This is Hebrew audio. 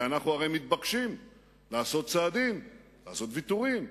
כי הרי אנחנו מתבקשים לעשות צעדים, לעשות ויתורים.